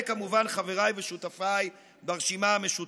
וכמובן חבריי ושותפיי ברשימה המשותפת,